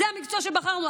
זה המקצוע שבחרנו,